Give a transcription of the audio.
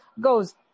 goes